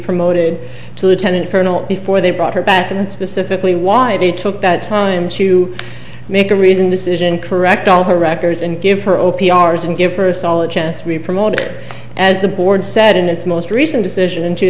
promoted to lieutenant colonel before they brought her back and specifically why they took that time to make a reasoned decision correct all her records and give her opie ours and give her a solid chancery promote it as the board said in its most recent decision in two